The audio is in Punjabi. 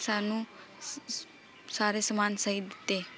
ਸਾਨੂੰ ਸ ਸ ਸਾਰੇ ਸਮਾਨ ਸਹੀ ਦਿੱਤੇ